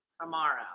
tomorrow